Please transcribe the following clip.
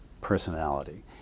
personality